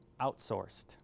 outsourced